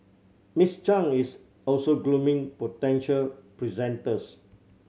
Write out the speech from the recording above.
Miss Chang is also grooming potential presenters